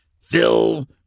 Phil